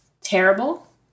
terrible